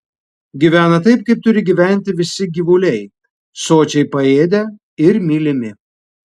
gyvena taip kaip turi gyventi visi gyvuliai sočiai paėdę ir mylimi